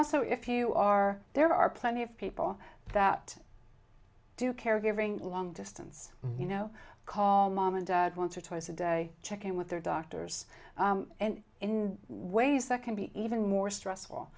also if you are there are plenty of people that do caregiving long distance you know call mom and dad once or twice a day check in with their doctors and in ways that can be even more stressful